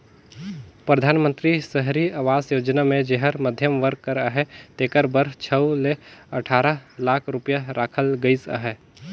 परधानमंतरी सहरी आवास योजना मे जेहर मध्यम वर्ग कर अहे तेकर बर छव ले अठारा लाख रूपिया राखल गइस अहे